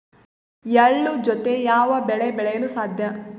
ಎಳ್ಳು ಜೂತೆ ಯಾವ ಬೆಳೆ ಬೆಳೆಯಲು ಸಾಧ್ಯ?